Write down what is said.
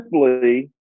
simply